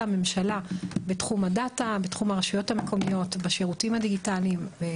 לתת את המענה האזורי לרשויות עם בשלות דיגיטלית מאוד